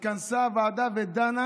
התכנסה הוועדה ודנה